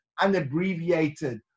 unabbreviated